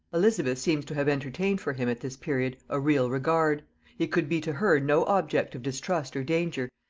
elizabeth seems to have entertained for him at this period a real regard he could be to her no object of distrust or danger,